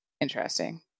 interesting